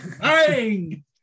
bang